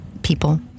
people